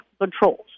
controls